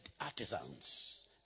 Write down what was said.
artisans